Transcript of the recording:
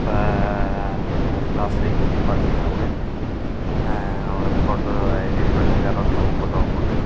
இப்போ last week பார்த்தீங்கனா கூட ஒரு போட்டவை எடிட் பண்ணி வேறு ஒருத்தவங்க போட்டோவை போட்டு